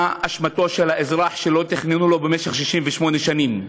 מה אשמתו של האזרח שלא תכננו לו במשך 68 שנים?